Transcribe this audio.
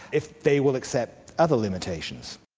if they will accept other limitations.